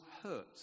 hurt